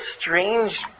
strange